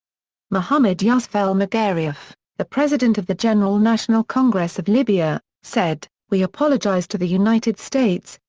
mohamed yousef el-magariaf, the president of the general national congress of libya, said we apologise to the united states,